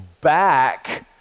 back